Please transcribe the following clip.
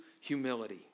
humility